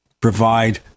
provide